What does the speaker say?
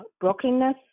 brokenness